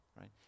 right